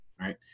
Right